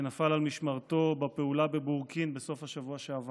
שנפל על משמרתו בפעולה בבורקין בסוף השבוע שעבר.